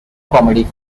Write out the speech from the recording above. comedy